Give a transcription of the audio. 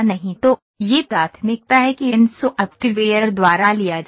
तो यह प्राथमिकता है कि इन सॉफ्टवेयर द्वारा लिया जाता है